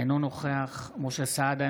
אינו נוכח משה סעדה,